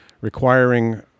requiring